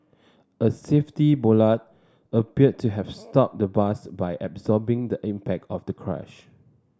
a safety bollard appeared to have stopped the bus by absorbing the impact of the crash